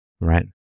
right